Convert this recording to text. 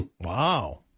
Wow